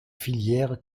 filières